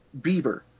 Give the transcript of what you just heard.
Bieber